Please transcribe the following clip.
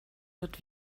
wird